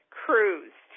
cruise